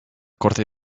corte